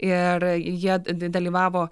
ir jied dalyvavo